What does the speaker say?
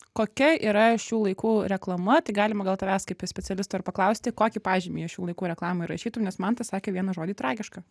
kokia yra šių laikų reklama tai galima gal tavęs kaip specialisto ir paklausti kokį pažymį šių laikų reklamai rašytum nes mantas sakė vieną žodį tragiška